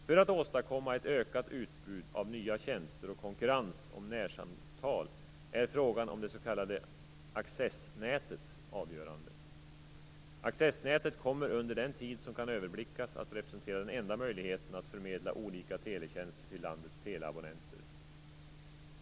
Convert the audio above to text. För att åstadkomma ett ökat utbud av nya tjänster och konkurrens om närsamtal är frågan om det s.k. accessnätet avgörande. Accessnätet kommer under den tid som kan överblickas att representera den enda möjligheten att förmedla olika teletjänster till landets teleabonnenter.